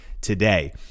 today